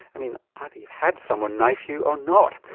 i mean either you've had someone knife you, or not.